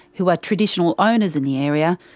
who are traditional owners in the area,